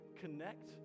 CONNECT